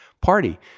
party